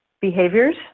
behaviors